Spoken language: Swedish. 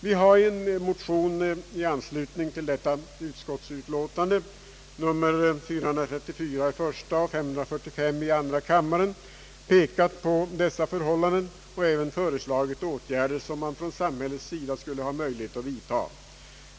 Vi har i en motion nr 434 i första kammaren och nr 3545 i andra kammaren pekat på dessa förhållanden och även föreslagit åtgärder, som man från samhällets sida skulle ha möjlighet att vidtaga.